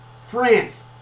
France